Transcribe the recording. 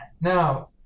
Now